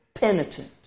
penitent